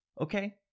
Okay